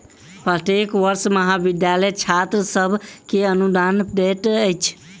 प्रत्येक वर्ष महाविद्यालय छात्र सभ के अनुदान दैत अछि